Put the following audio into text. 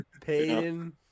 Payton